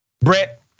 Brett